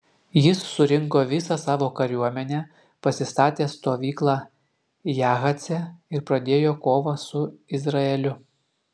jis surinko visą savo kariuomenę pasistatė stovyklą jahace ir pradėjo kovą su izraeliu